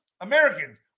americans